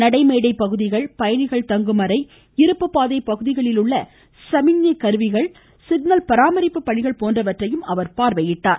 நடைமேடை பகுதிகள் பயணிகள் தங்கும் அறை இருப்புப்பாதை பகுதிகளில் உள்ள சமிஞ்ஞை கருவிகள் சிக்னல் பராமரிப்பு பணிகள் போன்றவற்றை அவர் பார்வையிட்டார்